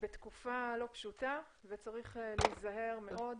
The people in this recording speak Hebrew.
בתקופה לא פשוטה וצריך להיזהר מאוד,